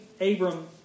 Abram